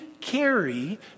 carry